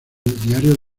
diario